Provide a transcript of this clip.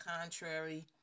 contrary